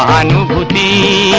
on the